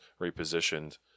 repositioned